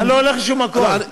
אני לא הולך לשום מקום.